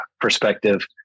perspective